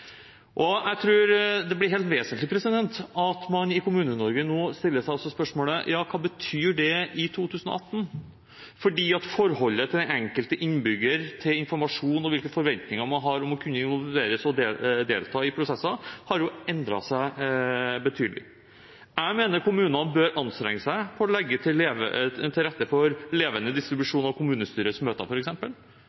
demokrati. Jeg tror det blir helt vesentlig at man i Kommune-Norge nå stiller seg spørsmålet: Hva betyr det i 2018? Forholdet den enkelte innbygger har til informasjon, og hvilke forventninger man har til å kunne involveres og delta i prosesser, har endret seg betydelig. Jeg mener kommunene bør anstrenge seg og legge til rette for levende